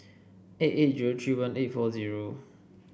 eight eight zero three one eight four zero